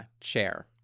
share